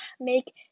make